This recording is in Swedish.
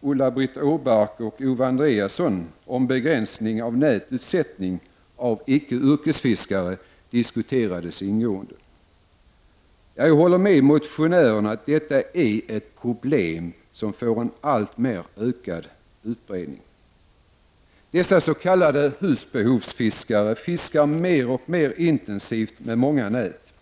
Ulla-Britt Åbark och Owe Andréasson om begränsning av nätutsättning för icke-yrkesfiskare diskuterades ingående. Jag håller med motionärerna om att detta är ett problem som fått en alltmer ökad utbredning. Dessa s.k. husbehovsfiskare fiskar mer och mer intensivt med många nät.